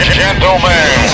gentlemen